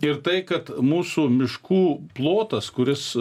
ir tai kad mūsų miškų plotas kuris